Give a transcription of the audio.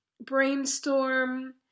brainstorm